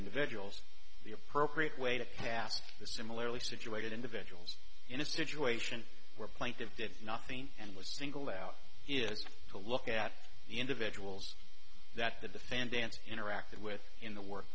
individuals the appropriate way to cast the similarly situated individuals in a situation where plaintive did nothing and was singled out is to look at the individuals that the defendant interacted with in the w